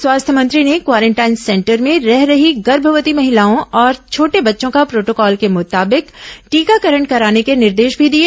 स्वास्थ्य मंत्री ने क्वारेंटाइन सेंटर में रह रही गर्भवती महिलाओं और छोटे बच्चों का प्रोटोकॉल के मुताबिक टीकाकरण कराने के निर्देश भी दिए